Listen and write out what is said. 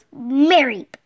Mary